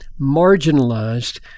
marginalized